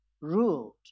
ruled